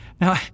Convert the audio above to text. Now